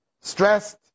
stressed